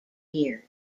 years